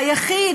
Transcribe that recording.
היחיד,